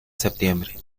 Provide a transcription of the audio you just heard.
septiembre